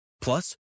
Plus